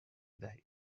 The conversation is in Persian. دهید